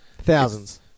Thousands